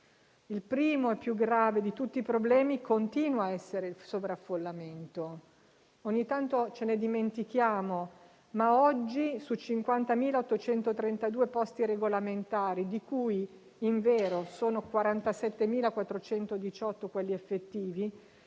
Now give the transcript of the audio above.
Il primo e più grave di tutti i problemi continua a essere il sovraffollamento. Ogni tanto ce ne dimentichiamo ma oggi, su 50.832 posti regolamentari, di cui, invero, sono 47.418 quelli effettivi,